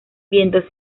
vientos